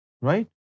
right